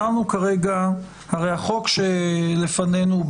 הרי החוק שלפנינו,